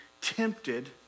tempted